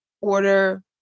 order